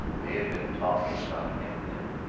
they had been talking about him then?